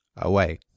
away